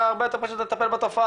אז היה הרבה יותר פשוט לטפל בתופעה.